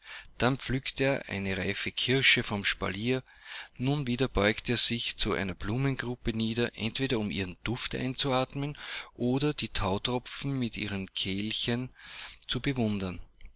dann pflückt er eine reife kirsche vom spalier nun wieder beugt er sich zu einer blumengruppe nieder entweder um ihren duft einzuatmen oder die thautropfen in ihren kelchen zu bewundern